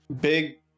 big